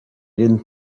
didn’t